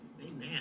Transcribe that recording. Amen